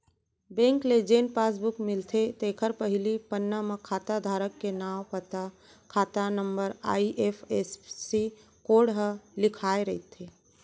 bank ले जेन passbook मिलथे तेखर पहिली पन्ना म खाता धारक के नांव, पता, खाता नंबर, आई.एफ.एस.सी कोड ह लिखाए रथे